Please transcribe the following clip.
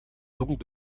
donc